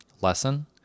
lesson